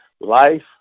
life